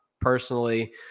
personally